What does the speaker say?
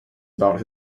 about